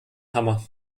hammer